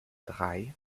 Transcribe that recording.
drei